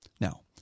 Now